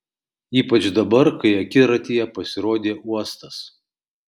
ypač dabar kai akiratyje pasirodė uostas